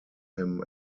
him